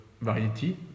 variety